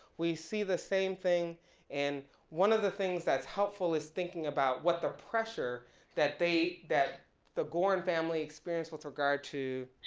we see the same thing and one of the things that's helpful is thinking about what the pressure that they that the goren family experienced with regard to